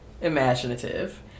imaginative